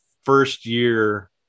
first-year